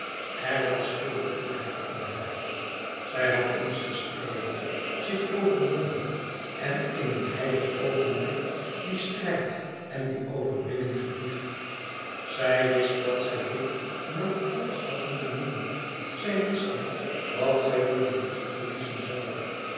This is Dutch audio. er was veel bitterheid in haar zij had eens gestreden zich overwonnen en in een heilig oogenblik dien strijd en die overwinning gebiecht zij wist dat zij dit noodlottig had moeten doen zij wist nu wat zij